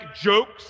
jokes